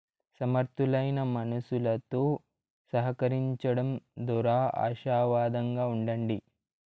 సమర్థులైన మనుసులుతో సహకరించడం దోరా ఆశావాదంగా ఉండండి